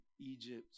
Egypt